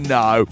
no